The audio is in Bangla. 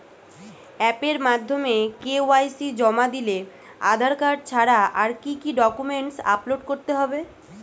অ্যাপের মাধ্যমে কে.ওয়াই.সি জমা দিলে আধার কার্ড ছাড়া আর কি কি ডকুমেন্টস আপলোড করতে হবে?